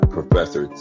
Professor